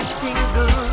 tingle